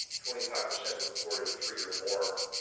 twenty five percent reported three or more.